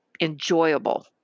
enjoyable